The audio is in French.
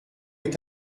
est